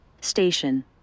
Station